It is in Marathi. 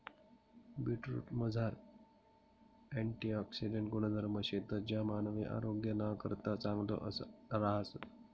बीटरूटमझार अँटिऑक्सिडेंट गुणधर्म शेतंस ज्या मानवी आरोग्यनाकरता चांगलं रहास